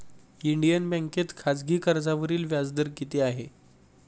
Indian बँकेत खाजगी कर्जावरील व्याजदर किती आहे?